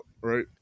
right